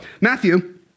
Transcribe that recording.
Matthew